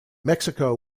mexico